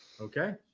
Okay